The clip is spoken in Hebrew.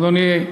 בבקשה, אדוני.